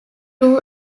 two